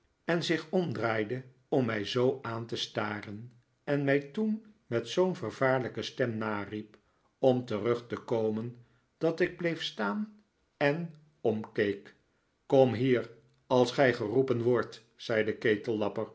en zich omdraaide om mij zoo aan te staren en mij toen met zoo'n vervaarlijke stem nariep om terug te komen dat ik bleef staan en omkeek kom hier als gij geroepen wordt zel de